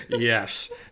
Yes